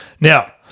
Now-